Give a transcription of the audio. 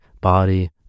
body